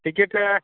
ticket